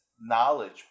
knowledge